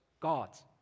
gods